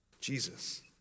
Jesus